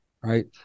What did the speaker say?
right